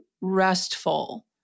restful